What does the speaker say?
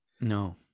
No